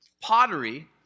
Pottery